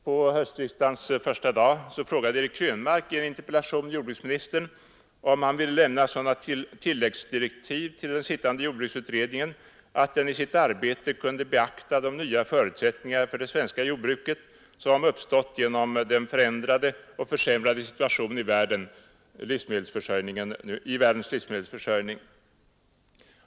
På höstriksdagens första dag frågade Eric Krönmark i en interpellation jordbruksministern om han ville lämna sådana tilläggsdirektiv till den sittande jordbruksutredningen att den i sitt arbete kunde beakta de nya förutsättningar för det svenska jordbruket som uppstått genom den förändrade och försämrade situationen i världens livsmedelsförsörjning.